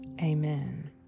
Amen